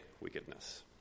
wickedness